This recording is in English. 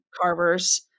carvers